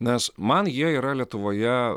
nes man jie yra lietuvoje